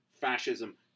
fascism